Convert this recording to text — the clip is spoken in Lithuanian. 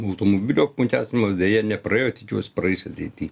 automobilių apmokestinimas deja nepraėjo tikiuosi praeis ateity